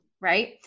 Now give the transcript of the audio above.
right